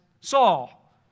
Saul